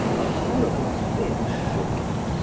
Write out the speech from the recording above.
a horrible fear shook him,